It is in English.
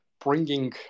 bringing